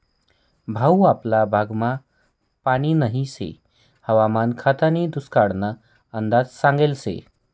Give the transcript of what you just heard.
भाऊ आपला भागमा पानी नही शे हवामान खातानी दुष्काळना अंदाज सांगेल शे